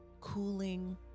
cooling